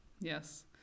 yes